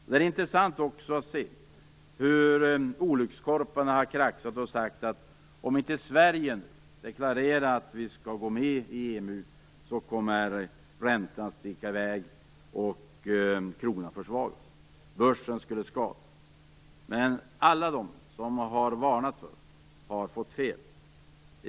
Det är intressant att se hur olyckskorparna har kraxat och sagt att om inte Sverige deklarerar att vi skall gå med i EMU kommer räntan att sticka i väg, kronan försvagas och börsen skadas. Alla de som varnat för detta har fått fel.